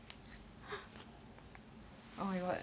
oh my god